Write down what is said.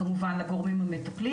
כמובן לגורמים המטפלים